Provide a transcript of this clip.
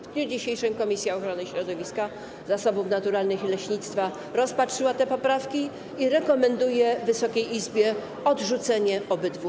W dniu dzisiejszym Komisja Ochrony Środowiska, Zasobów Naturalnych i Leśnictwa rozpatrzyła te poprawki i rekomenduje Wysokiej Izbie odrzucenie ich.